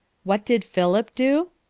what did philip do?